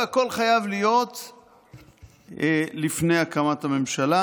והכול חייב להיות לפני הקמת הממשלה,